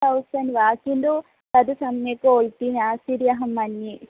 सौख्यं वा किन्तु तद् सम्यक् कोल्टि आसीदित्यहं मन्ये